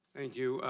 thank you.